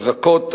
חזקות,